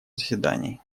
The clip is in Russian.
заседании